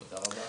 תודה רבה.